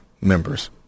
members